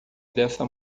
dessa